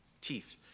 teeth